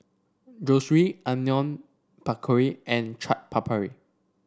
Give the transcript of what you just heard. Zosui Onion Pakora and Chaat Papri